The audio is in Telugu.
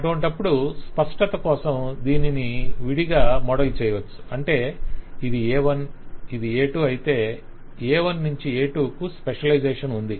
అటువంటప్పుడు స్పష్టత కోసం దీనిని విడిగా మోడల్ చేయవచ్చు అంటే ఇది A1 ఇది A2 అయితే A1 నుంచి A2 కు స్పెషలైజేషన్ ఉంది